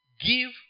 give